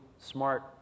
smart